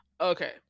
okay